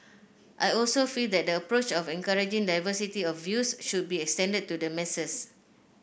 I also feel that the approach of encouraging diversity of views should be extended to the masses